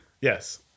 Yes